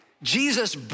Jesus